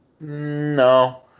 No